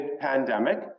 pandemic